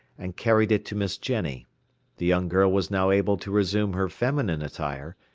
and carried it to miss jenny the young girl was now able to resume her feminine attire,